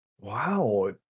wow